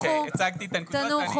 אוקיי, הצגתי את הנקודות.